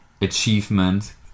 achievement